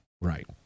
Right